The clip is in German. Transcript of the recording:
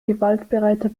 gewaltbereiter